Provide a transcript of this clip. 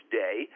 day